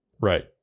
right